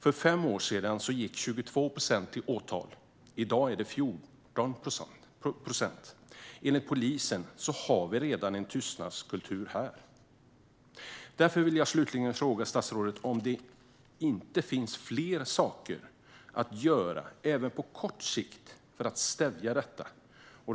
För fem år sedan gick 22 procent av fallen till åtal. I dag är det 14 procent. Enligt polisen finns redan en tystnadskultur. Finns det inte fler saker, statsrådet, att göra även på kort sikt för att stävja problemet?